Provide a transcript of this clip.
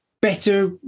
better